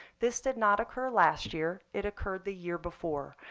this did not occur last year. it occurred the year before.